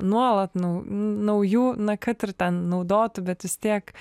nuolat nu naujų na kad ir ten naudotų bet vis tiek